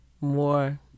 more